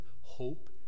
hope